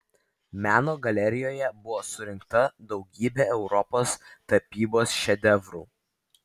meno galerijoje buvo surinkta daugybė europos tapybos šedevrų